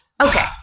Okay